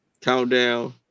Countdown